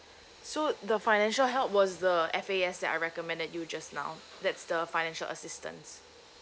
so the financial help was the F A S that I recommended you just now that's the financial assistance